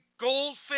goldfish